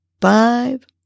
five